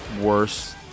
worse